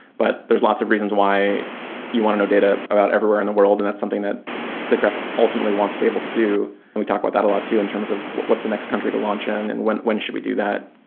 but there's lots of reasons why you want to know data about everywhere in the world, and that's something that safegraph ultimately wants to be able to do. and we talk about that a lot too in terms of what's the next country to launch in and when when should we do that.